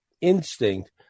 instinct